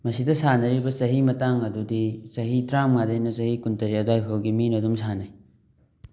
ꯃꯁꯤꯗ ꯁꯥꯟꯅꯔꯤꯕ ꯆꯍꯤ ꯃꯇꯥꯡ ꯑꯗꯨꯗꯤ ꯆꯍꯤ ꯇꯔꯥꯝꯃꯉꯥꯗꯩꯅ ꯆꯍꯤ ꯀꯨꯟ ꯇꯔꯦꯠ ꯑꯗ꯭ꯋꯥꯏ ꯐꯥꯎꯒꯤ ꯃꯤꯅ ꯑꯗꯨꯝ ꯁꯥꯟꯅꯩ